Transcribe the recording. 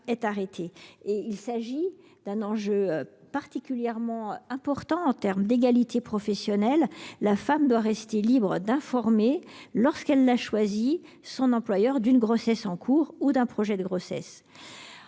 est arrêtée. Il s'agit d'un enjeu particulièrement important en matière d'égalité professionnelle : la femme doit rester libre d'informer son employeur d'une grossesse en cours ou d'un projet de grossesse,